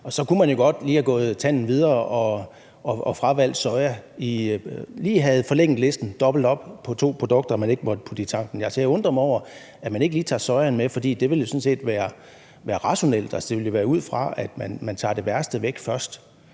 i. Så kunne man jo godt lige have gået en tand videre og have fravalgt soja og lige have forlænget listen – dobbelt op i forhold til to produkter, man ikke måtte putte i tanken. Jeg undrer mig over, at man ikke lige tager soja med, for det ville sådan set være rationelt; altså, det ville jo være ud fra, at man tager det værste væk først.